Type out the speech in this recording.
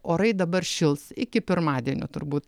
orai dabar šils iki pirmadienio turbūt